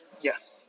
Yes